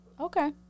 Okay